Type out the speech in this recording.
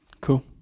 cool